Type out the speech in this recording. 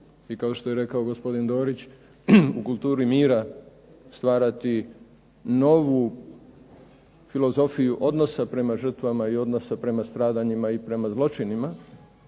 i kao što je rekao gospodin Dorić u kulturi mira stvarati novu filozofiju odnosa prema žrtvama i odnosa prema stradanjima i prema zloćinima,